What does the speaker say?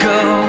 go